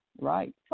right